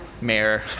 mayor